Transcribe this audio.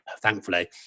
thankfully